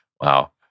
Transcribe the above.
Wow